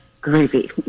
gravy